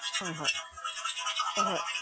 ꯍꯣꯏ ꯍꯣꯏ ꯍꯣꯏ ꯍꯣꯏ